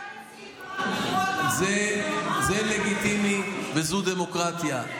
תשאל את סילמן, זה לגיטימי וזו דמוקרטיה.